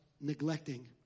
neglecting